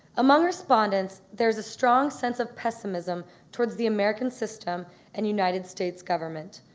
among respondents there's a strong sense of pessimism towards the american system and united states government.